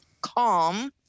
calm